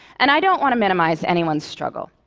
and i don't want to minimize anyone's struggle.